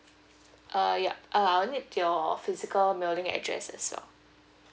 uh ya uh I'll need your physical mailing address as well